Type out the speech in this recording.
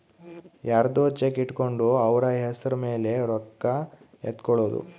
ಯರ್ದೊ ಚೆಕ್ ಇಟ್ಕೊಂಡು ಅವ್ರ ಹೆಸ್ರ್ ಮೇಲೆ ರೊಕ್ಕ ಎತ್ಕೊಳೋದು